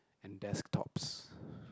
and desktops